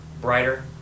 brighter